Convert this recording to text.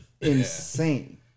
insane